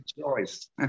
choice